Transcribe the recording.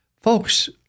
Folks